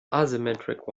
asymmetric